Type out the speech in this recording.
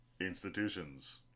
Institutions